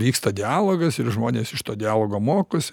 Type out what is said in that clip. vyksta dialogas ir žmonės iš to dialogo mokosi